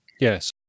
Yes